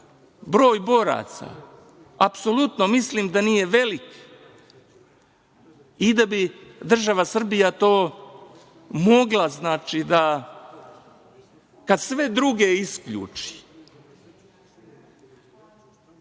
broj boraca, apsolutno mislim da nije veliki, i da bi država Srbija to mogla, kada sve druge isključi,